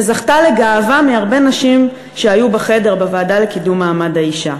וזכתה לגאווה מהרבה נשים שהיו בחדר בוועדה לקידום מעמד האישה.